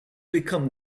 become